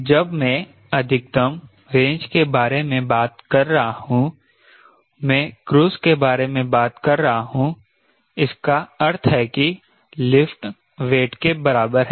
जब मैं अधिकतम रेंज के बारे में बात कर रहा हूं मैं क्रूज़ के बारे में बात कर रहा हूं इसका अर्थ है कि लिफ्ट वेट के बराबर है